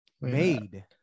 made